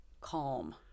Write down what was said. calm